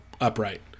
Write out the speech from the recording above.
upright